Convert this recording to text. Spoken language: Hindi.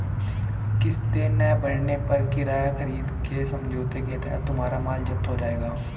किस्तें ना भरने पर किराया खरीद के समझौते के तहत तुम्हारा माल जप्त हो जाएगा